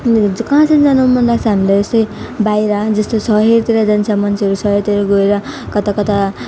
कहाँ चाहिँ जान मनलाग्छ हामीलाई यसै बाहिर जस्तो सहरतिर जान्छ मान्छेहरू सहरतिर गएर कता कता